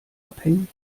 abhängig